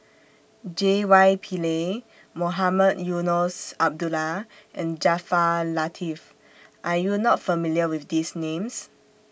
J Y Pillay Mohamed Eunos Abdullah and Jaafar Latiff Are YOU not familiar with These Names